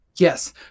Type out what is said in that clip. Yes